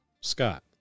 Scott